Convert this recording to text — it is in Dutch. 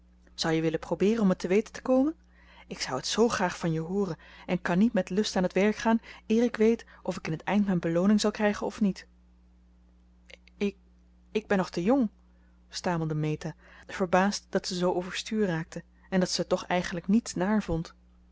zou je willen probeeren om het te weten te komen ik zou het zoo graag van je hooren en kan niet met lust aan t werk gaan eer ik weet of ik in t eind mijn belooning zal krijgen of niet ik ben nog te jong stamelde meta verbaasd dat ze zoo overstuur raakte en dat ze het toch eigenlijk niets naar vond